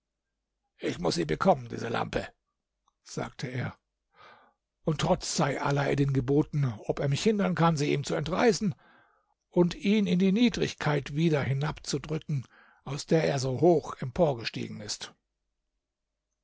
ich muß sie bekommen diese lampe sagte er und trotz sei alaeddin geboten ob er mich hindern kann sie ihm zu entreißen und ihn in die niedrigkeit wieder hinabzudrücken aus der er so hoch emporgestiegen ist